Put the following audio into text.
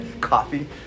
coffee